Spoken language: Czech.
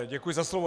Děkuji za slovo.